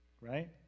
right